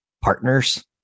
partners